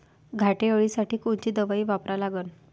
घाटे अळी साठी कोनची दवाई वापरा लागन?